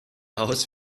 aus